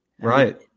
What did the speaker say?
right